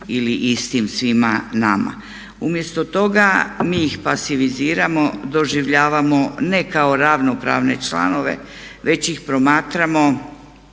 ili istim svima nama. Umjesto toga mi ih pasiviziramo, doživljavamo ne kao ravnopravne članove već ih promatramo